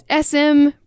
SM